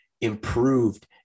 improved